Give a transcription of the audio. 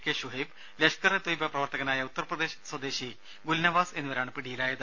K Shuhaib Lashkare Taiba പ്രവർത്തകനായ ഉത്തർപ്രദേശ് സ്വദേശി ഗുൽനവാസ് എന്നിവരാണ് പിടിയിലായത്